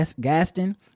Gaston